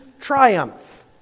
triumph